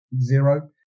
zero